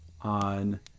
on